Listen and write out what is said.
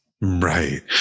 Right